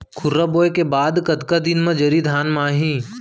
खुर्रा बोए के बाद कतका दिन म जरी धान म आही?